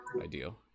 ideal